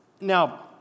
Now